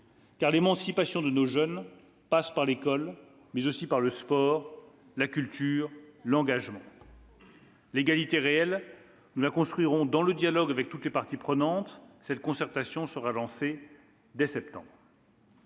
car l'émancipation de nos jeunes passe par l'école, mais aussi par le sport, la culture, l'engagement. L'égalité réelle, nous la construirons dans le dialogue avec toutes les parties prenantes. Cette concertation sera lancée dès septembre